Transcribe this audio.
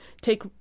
take